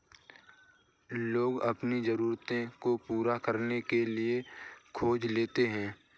लोग अपनी ज़रूरतों को पूरा करने के लिए क़र्ज़ लेते है